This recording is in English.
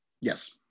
Yes